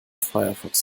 firefox